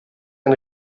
ein